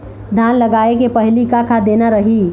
धान लगाय के पहली का खाद देना रही?